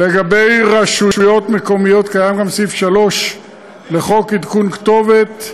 לגבי רשויות מקומיות יש גם סעיף 3 לחוק עדכון כתובת,